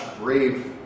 brave